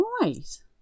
right